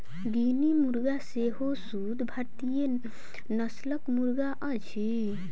guinea मुर्गा सेहो शुद्ध भारतीय नस्लक मुर्गा अछि